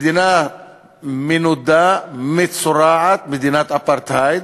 מדינה מנודה, מצורעת, מדינת אפרטהייד.